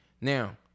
now